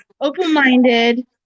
Open-minded